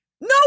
no